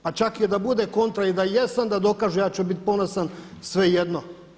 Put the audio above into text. Pa čak i da bude kontra i da jesam da dokažu, ja ću biti ponosan svejedno.